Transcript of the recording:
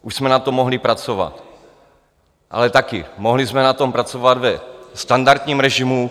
Už jsme na tom mohli pracovat, ale taky, mohli jsme na tom pracovat ve standardním režimu.